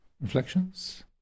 reflections